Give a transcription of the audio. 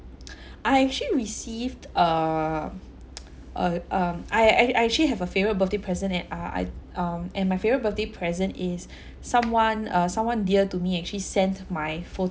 I actually received err uh um I I I actually have a favourite birthday present and uh I um and my favourite birthday present is someone uh someone dear to me actually sent my